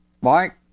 mike